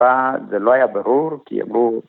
‫פה לא היה ברור כי יגור